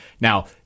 Now